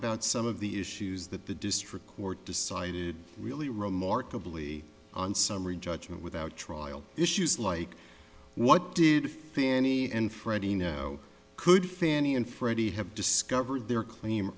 about some of the issues that the district court decided really remarkably on summary judgment without trial issues like what did fannie and freddie know could fannie and freddie have discovered their claim